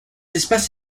espace